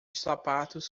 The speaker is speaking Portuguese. sapatos